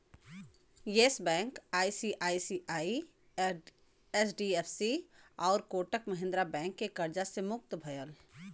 yes bank ICICI, HDFC आउर Kotak Mahindra bank के कर्जा से मुक्त भयल